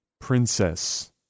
princess